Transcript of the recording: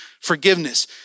forgiveness